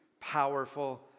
powerful